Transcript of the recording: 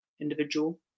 individual